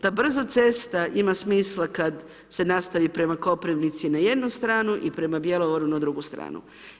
Ta brza cesta ima smisla kad se nastavi prema Koprivnici na jednu stranu i prema Bjelovaru na drugu stranu.